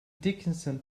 dickinson